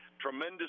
tremendous